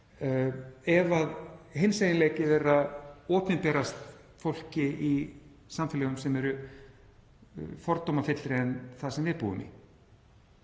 ef hinseginleiki þeirra opinberast fólki í samfélögum sem eru fordómafyllri en það sem við búum í.